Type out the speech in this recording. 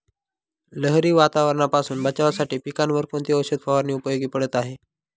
लहरी वातावरणापासून बचावासाठी पिकांवर कोणती औषध फवारणी उपयोगी पडत आहे?